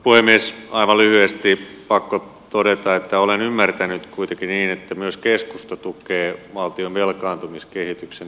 aivan lyhyesti pakko todeta että olen ymmärtänyt kuitenkin niin että myös keskusta tukee valtion velkaantumiskehityksen taittamista